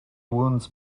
wounds